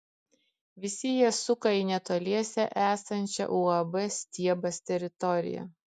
visi jie suka į netoliese esančią uab stiebas teritoriją